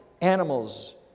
animals